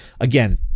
Again